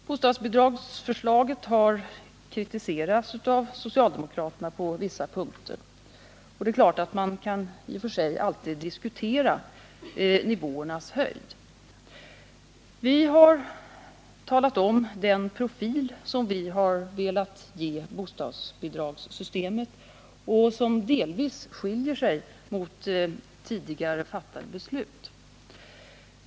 Bostadsbidragsförslaget har kritiserats av socialdemokraterna på vissa punkter, och det är klart att man i och för sig alltid kan diskutera nivåernas höjd. Vi har talat om den profil som vi har velat ge bostadsbidragssystemet och som delvis skiljer sig från tidigare fattade beslut.